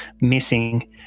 missing